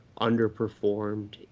underperformed